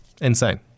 insane